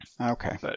Okay